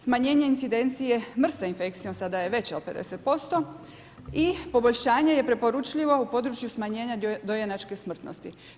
Smanjenje incidencije MRSA infekcijom sada je veća od 50% i poboljšanje je preporučljivo u području smanjenja dojenačke smrtnosti.